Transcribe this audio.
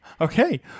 Okay